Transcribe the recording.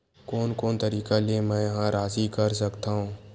कोन कोन तरीका ले मै ह राशि कर सकथव?